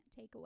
takeaway